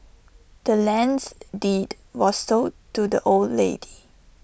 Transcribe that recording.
the land's deed was sold to the old lady